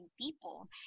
people